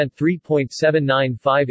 3.795